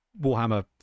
Warhammer